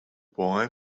boy